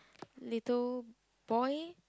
little boy